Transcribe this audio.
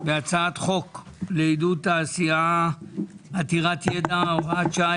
הצעת חוק לעידוד תעשייה עתירת ידע (הוראת שעה),